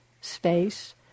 space